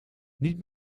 niet